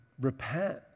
repent